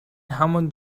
همان